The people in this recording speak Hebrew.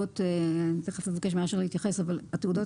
אני תכף אבקש מאשר להתייחס אבל התעודות